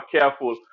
careful